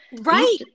Right